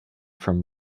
from